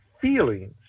feelings